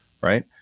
right